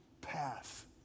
path